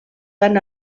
van